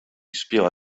wspięła